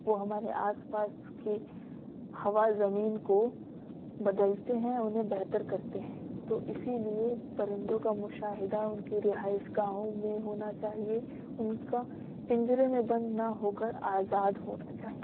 وہ ہمارے آس پاس کی ہوا زمین کو بدلتے ہیں انہیں بہتر کرتے ہیں تو اسی لیے پرندوں کا مشاہدہ ان کی رہائش گاہوں میں ہونا چاہیے ان کا پنجرے میں بند نہ ہو کر آزاد ہونا چاہیے